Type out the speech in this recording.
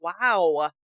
Wow